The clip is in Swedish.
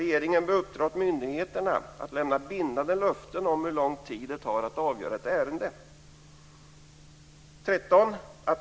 Regeringen bör uppdra åt myndigheterna att lämna bindande löften om hur lång tid det tar att avgöra ett ärende. 13.